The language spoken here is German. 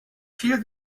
viel